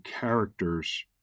characters